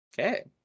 Okay